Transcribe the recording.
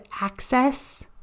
access